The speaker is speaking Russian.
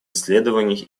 исследований